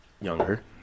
younger